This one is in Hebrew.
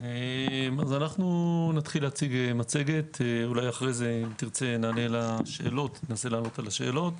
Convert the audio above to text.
נציג מצגת, ואחרי זה נענה על שאלות.